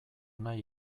nahi